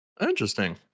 Interesting